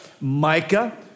Micah